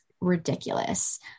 ridiculous